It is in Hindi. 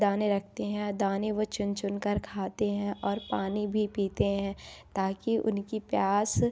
दाने रखते हैं आ दाने वह चुन चुन कर खाते हैं और पानी भी पीते हैं ताकि उनकी प्यास